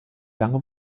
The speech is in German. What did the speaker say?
lange